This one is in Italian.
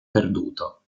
perduto